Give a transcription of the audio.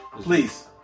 Please